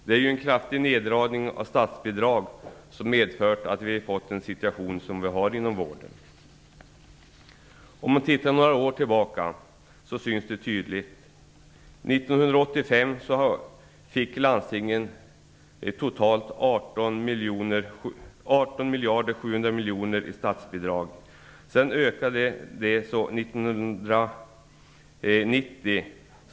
Det är ju en kraftig neddragning av statsbidrag som medfört att vi fått den situation som vi har inom vården. Låt oss blicka några år tillbaka. År 1985 fick landstingen totalt 18 700 miljoner i statsbidrag. År 1990 ökade statsbidragen.